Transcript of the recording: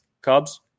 cubs